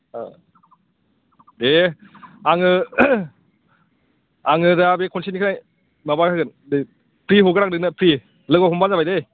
अ दे आङो आङो दा बे खनसेनिफ्राय माबासिगोन फ्रि हरगोन आं नोंनो फ्रि लोगो हमब्ला जाबाय दै